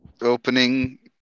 opening